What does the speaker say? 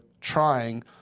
trying